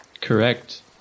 Correct